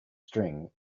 string